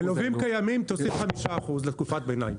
ללווים קיימים תוסיף 5% לתקופת ביניים.